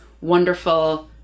wonderful